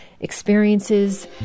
experiences